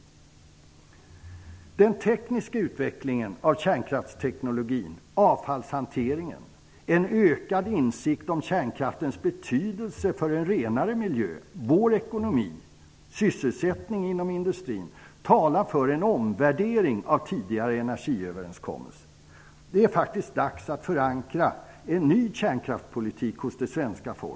Den tekniska utvecklingen av kärnkraftsteknologin och avfallshanteringen, den ökade insikten om kärnkraftens betydelse för en renare miljö, för vår ekonomi och för sysselsättningen inom industrin talar för en omvärdering av tidigare energiöverenskommelser. Det är faktiskt dags att förankra en ny kärnkraftspolitik hos det svenska folket.